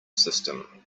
system